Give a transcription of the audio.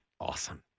Awesome